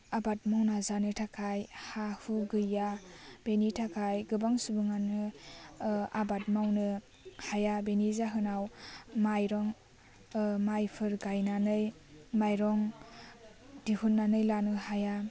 आबाद मावना जानो थाखाय हा हु गैया बिनि थाखाय गोबं सुबुङानो आबाद मावनो हाया बिनि जाहोनाव माइरं मायफोर गायनानै माइरं दिहुन्नानै लानो हाया